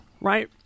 right